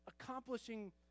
accomplishing